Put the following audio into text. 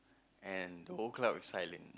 and the whole club was silent